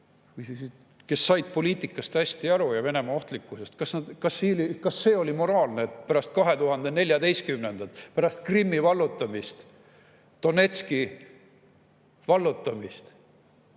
kes said poliitikast hästi aru, ja Venemaa ohtlikkusest? Kas see oli moraalne, et pärast 2014-ndat, pärast Krimmi vallutamist, Donetski vallutamist